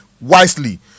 wisely